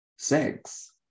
sex